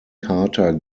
carter